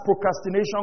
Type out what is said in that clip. procrastination